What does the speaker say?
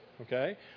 Okay